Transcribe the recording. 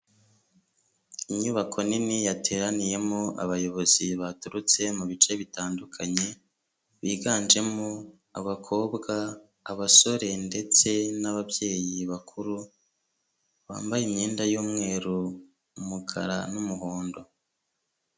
Inyubako nini yateraniyemo abayobozi baturutse mu bice bitandukanye, biganjemo abakobwa, abasore ndetse n'ababyeyi bakuru, bambaye imyenda y'umweru, umukara n'umuhondo.